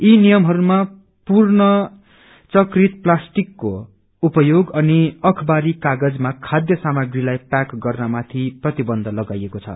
यी नियमहरूमा पुनरचकित प्लास्टिकको उपयोग अनि अखवारी कागजमा खाव्य सामग्रीलाई पैक गर्नमाथि प्रतिबन्ध तगाइएको छ